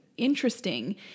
interesting